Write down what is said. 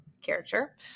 character